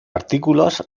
artículos